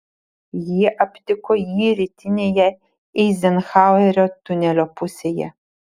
jie aptiko jį rytinėje eizenhauerio tunelio pusėje